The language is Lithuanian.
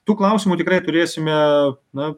tų klausimų tikrai turėsime na